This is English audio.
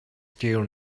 still